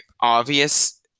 obvious